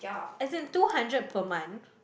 as in two hundred per month